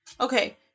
Okay